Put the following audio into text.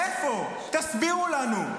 מאיפה, תסבירו לנו?